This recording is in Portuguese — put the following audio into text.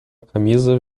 camisa